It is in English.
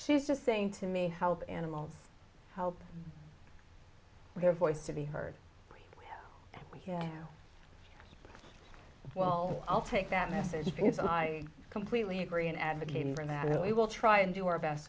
she's just saying to me help animals help their voice to be heard here well i'll take that message if i completely agree in advocating that we will try and do our best